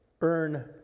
earn